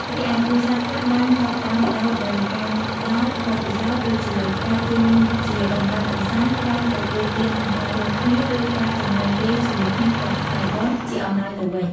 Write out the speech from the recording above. រីឯគ្រួសារខ្លះបានចាប់ផ្តើមផ្តោតលើការផ្តល់ បទពិសោធន៍ ដូចជាការជូនជាដំណើរកម្សាន្ត ការទទួលទានអាហាររួមគ្នា ឬការចំណាយពេលជាមួយគ្នាក្នុងថ្ងៃបុណ្យ ជាអំណោយទៅវិញ។